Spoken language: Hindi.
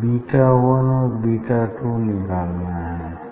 बीटा वन और बीटा टू निकालना है